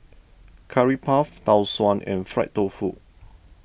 Curry Puff Tau Suan and Fried Tofu